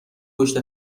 پشت